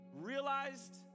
realized